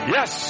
Yes